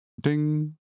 Ding